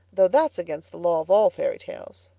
though that's against the law of all fairy tales.